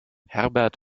herbert